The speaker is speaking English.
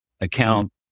account